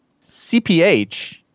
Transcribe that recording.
CPH